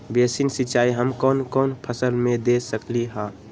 Basin सिंचाई हम कौन कौन फसल में दे सकली हां?